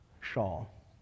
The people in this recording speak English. shawl